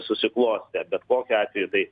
susiklostę bet kokiu atveju tai